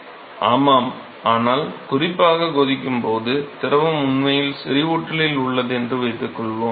மாணவர் ஆமாம் ஆனால் குறிப்பாக கொதிக்கும் போது திரவம் உண்மையில் செறிவூட்டலில் உள்ளது என்று வைத்துக்கொள்வோம்